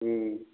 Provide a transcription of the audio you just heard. उम